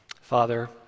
Father